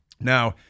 Now